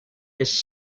his